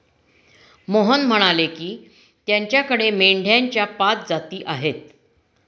मोहन म्हणाले की, त्याच्याकडे मेंढ्यांच्या पाच जाती आहेत